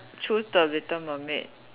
choose the little mermaid